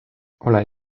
olen